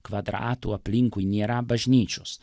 kvadratų aplinkui nėra bažnyčios